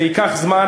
זה ייקח זמן,